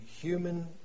human